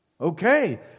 Okay